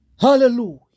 Hallelujah